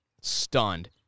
stunned